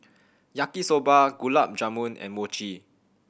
Yaki Soba Gulab Jamun and Mochi